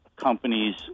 companies